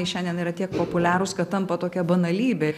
šiandien yra tiek populiarūs kad tampa tokia banalybė